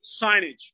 signage